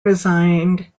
resigned